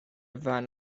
fan